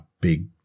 big